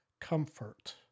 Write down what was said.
comfort